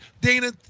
Dana